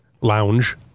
lounge